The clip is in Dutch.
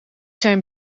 zijn